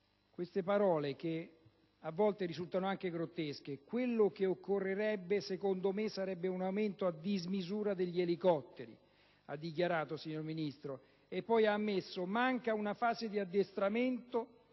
queste parole, che in parte risultano anche grottesche: «quello che occorrerebbe, secondo me, sarebbe un aumento a dismisura degli elicotteri». Così ha dichiarato, signor Ministro. Poi ha ammesso: «manca ancora una fase di addestramento